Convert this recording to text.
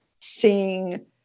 seeing